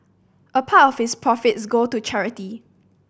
a part of its profits go to charity